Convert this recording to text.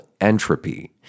entropy